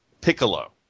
Piccolo